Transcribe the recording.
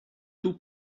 two